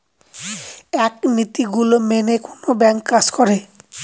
এক নীতি গুলো মেনে কোনো ব্যাঙ্ক কাজ করে